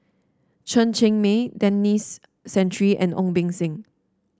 Chen Cheng Mei Denis Santry and Ong Beng Seng